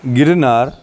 Girnar